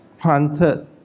planted